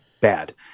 Bad